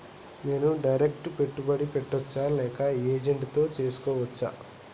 నేను డైరెక్ట్ పెట్టుబడి పెట్టచ్చా లేక ఏజెంట్ తో చేస్కోవచ్చా?